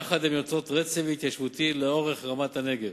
יחד הן יוצרות רצף התיישבותי לאורך רמת הנגב.